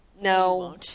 no